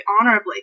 honorably